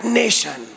nation